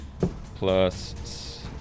plus